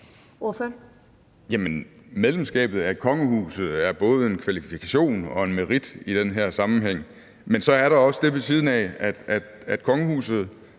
Medlemskabet af kongehuset er både en kvalifikation og en merit i den her sammenhæng, men så er der også det ved siden af, at kongehuset